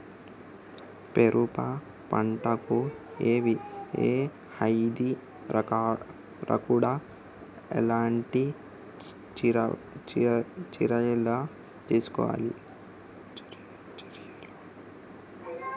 పెరప పంట కు ఏ వ్యాధి రాకుండా ఎలాంటి చర్యలు తీసుకోవాలి?